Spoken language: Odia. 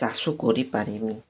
ଚାଷ କରିପାରିବେ